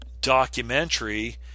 documentary